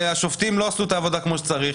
השופטים לא עשו את העבודה כמו שצריך.